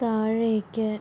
താഴേക്ക്